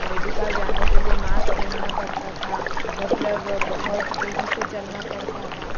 medical जाने के लिए मास्क पेहेनना पड़ता था मतलब बहुत दूरी से चलना पड़ता था